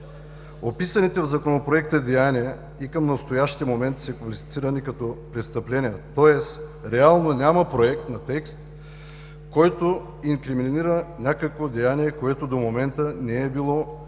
Описаните в Законопроекта деяния и към настоящия момент са квалифицирани като престъпления, тоест реално няма проект на текст, който инкриминира някакво деяние, което до момента не е било